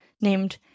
named